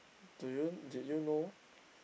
do you did you know